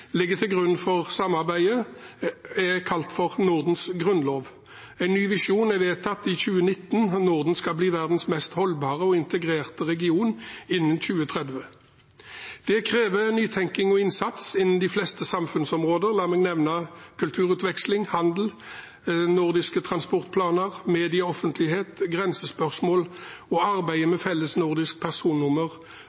til grunn for samarbeidet – kalt Nordens grunnlov. En ny visjon er vedtatt i 2019, at Norden skal bli verdens mest holdbare og integrerte region innen 2030. Det krever nytenking og innsats innen de fleste samfunnsområder, la meg nevne kulturutveksling, handel, nordiske transportplaner, medieoffentlighet, grensespørsmål og arbeidet